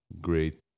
great